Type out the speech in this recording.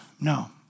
No